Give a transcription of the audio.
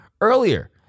earlier